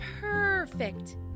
perfect